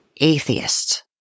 Atheist